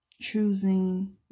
choosing